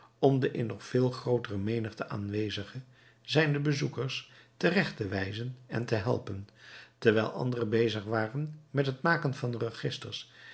om de in nog veel grootere menigte aanwezig zijnde bezoekers terecht te wijzen en te helpen terwijl andere bezig waren met het maken van registers